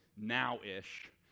now-ish